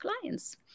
clients